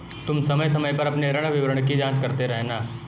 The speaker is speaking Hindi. तुम समय समय पर अपने ऋण विवरण की जांच करते रहना